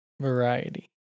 variety